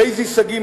ליזי שגיא,